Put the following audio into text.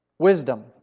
Wisdom